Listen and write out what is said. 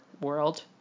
world